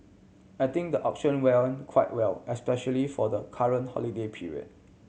I think the auction quite well especially for the current holiday period